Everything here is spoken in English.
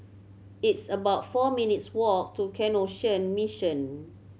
it's about four minutes' walk to Canossian Mission